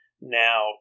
now